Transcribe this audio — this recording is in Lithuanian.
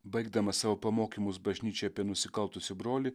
baigdamas savo pamokymus bažnyčiai apie nusikaltusį brolį